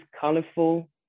colorful